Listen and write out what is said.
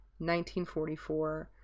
1944